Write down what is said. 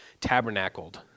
tabernacled